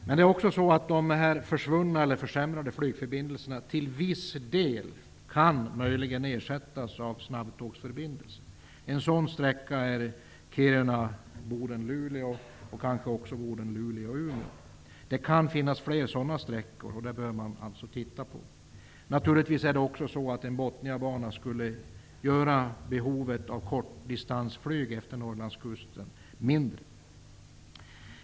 Men det är också så att de försvunna eller försämrade flygförbindelserna till viss del kan ersättas av snabbtågsförbindelser. En sådan sträcka är Kiruna--Boden Luleå--Umeå. Det kan finnas fler sådana sträckor. Det bör man titta på. En Botniabana skulle naturligtvis också göra behovet av kortdistansflyg efter norrlandskusten mindre.